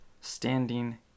standing